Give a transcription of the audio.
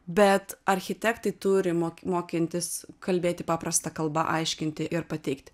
bet architektai turi mo mokantis kalbėti paprasta kalba aiškinti ir pateikt